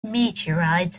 meteorites